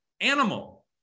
animal